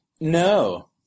No